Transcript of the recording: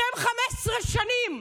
אתם 15 שנים.